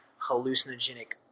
hallucinogenic